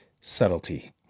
Subtlety